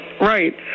Right